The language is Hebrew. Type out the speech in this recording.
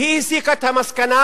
והיא הסיקה את המסקנה